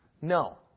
No